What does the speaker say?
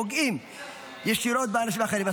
פוגעים ישירות באנשים אחרים.